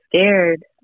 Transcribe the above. scared